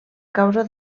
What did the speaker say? causa